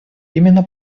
именно